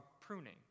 pruning